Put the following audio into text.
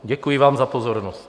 Děkuji vám za pozornost.